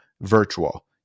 virtual